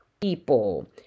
people